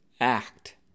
act